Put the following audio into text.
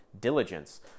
diligence